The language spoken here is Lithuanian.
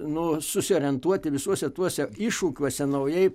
nu susiorientuoti visuose tuose iššūkiuose naujai